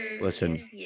Listen